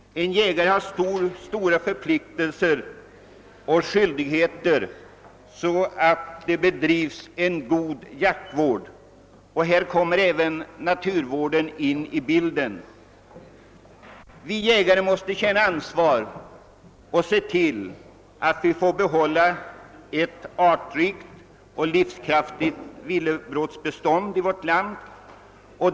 En jägare har stora förpliktelser och skyldigheter att bedriva en god jaktvård. Här kommer även naturvården in i bilden. Vi jägare måste känna ansvar och se till att vi får behålla ett både artrikt och livskraftigt villebrådsbestånd i landet.